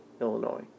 Illinois